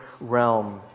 realm